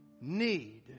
need